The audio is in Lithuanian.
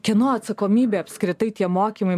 kieno atsakomybė apskritai tie mokymai